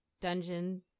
dungeon